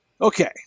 Okay